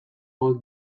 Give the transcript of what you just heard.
hauek